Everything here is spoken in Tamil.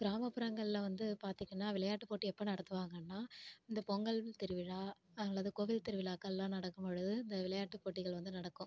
கிராமப்புறங்களில் வந்து பார்த்திங்கன்னா விளையாட்டு போட்டி எப்போ நடத்துவாங்கன்னால் இந்த பொங்கல் திருவிழா அல்லது கோவில் திருவிழாக்கள்லாம் நடக்கும்பொழுது இந்த விளையாட்டு போட்டிகள் வந்து நடக்கும்